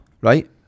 right